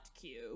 Cube